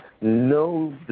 no